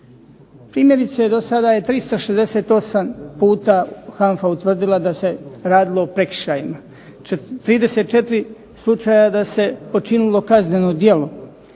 Primjerice do sada je 368 puta HANFA utvrdila da se radilo o prekršajima, 34 slučaja da se počinilo kazneno djelo,